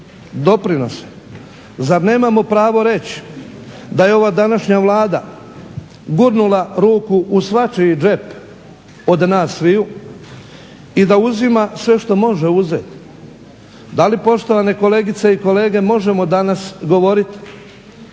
doprinose. Zar nemamo pravo reći da je ova današnja Vlada gurnula ruku u svačiji džep od nas sviju i da uzima sve što može uzeti. Da li poštovane kolegice i kolege možemo danas govoriti